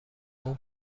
اون